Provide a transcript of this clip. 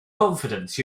confidence